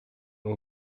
uhr